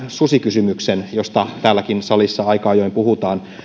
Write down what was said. susikysymyksen josta täälläkin salissa aika ajoin puhutaan